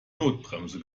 notbremse